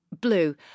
blue